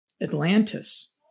Atlantis